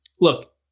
look